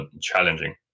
challenging